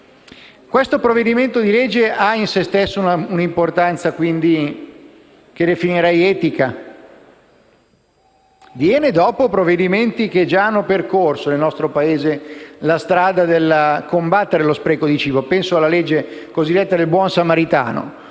Questo provvedimento di legge ha in se stesso un'importanza che definirei etica. Viene dopo provvedimenti che, nel nostro Paese, hanno già percorso la strada del combattere lo spreco di cibo. Penso alla cosiddetta legge del buon samaritano,